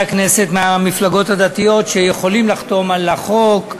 הכנסת מהמפלגות הדתיות שיכולים לחתום על החוק,